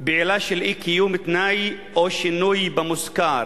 בעילה של אי-קיום תנאי או שינוי במושכר,